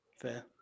Fair